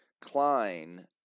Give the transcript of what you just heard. Klein